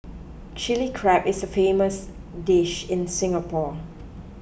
Chilli Crab is a famous dish in Singapore